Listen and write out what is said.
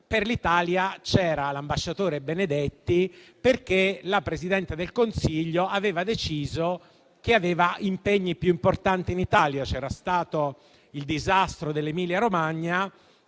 per l'Italia c'era l'ambasciatore Benedetti, perché la Presidente del Consiglio aveva deciso che aveva impegni più importanti in Italia. C'era stato il disastro dell'Emilia-Romagna